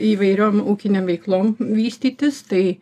įvairiom ūkinėm veiklom vystytis tai